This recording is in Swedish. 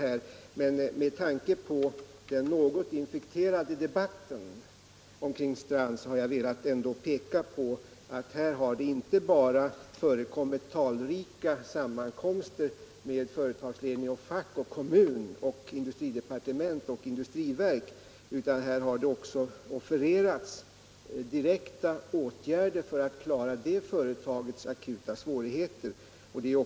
Men jag har med tanke på den något infekterade debatten kring Strands velat peka på att det inte bara förekommit talrika sammankomster mellan företagsledningen, facket och kommunen å ena sidan och industridepartementet och industriverket å den andra, utan det har också offererats direkta åtgärder för att klara företagets akuta svårigheter.